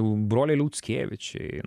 broliai liautskėvičiai